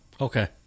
Okay